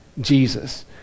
Jesus